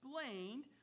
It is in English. explained